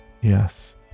Yes